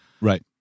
Right